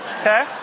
Okay